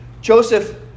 Joseph